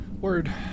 Word